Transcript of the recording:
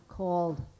called